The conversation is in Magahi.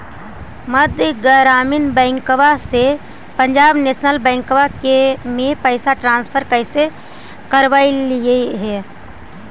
मध्य ग्रामीण बैंकवा से पंजाब नेशनल बैंकवा मे पैसवा ट्रांसफर कैसे करवैलीऐ हे?